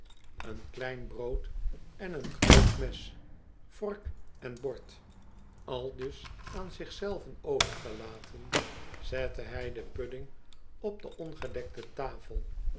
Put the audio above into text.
een klein brood en een groot mes vork en bord aldus aan zich zelven overgelaten zette hij den pudding op de ongedekte tafel